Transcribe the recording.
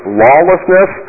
lawlessness